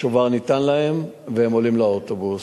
השובר ניתן להם, והם עולים לאוטובוס.